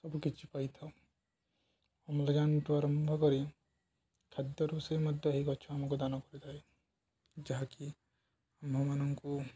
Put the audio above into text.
ସବୁ କିଛି ପାଇଥାଉ ଅମ୍ଲଜାନଠୁ ଆରମ୍ଭ କରି ଖାଦ୍ୟ ରୋଷେଇ ମଧ୍ୟ ଏହି ଗଛ ଆମକୁ ଦାନ କରିଥାଏ ଯାହାକି ଆମ୍ଭମାନଙ୍କୁ